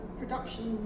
production